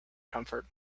comfort